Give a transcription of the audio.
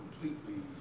completely